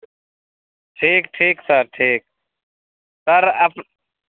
ठीक ठीक सर ठीक सर अप्